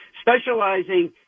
specializing